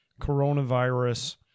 coronavirus